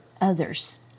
others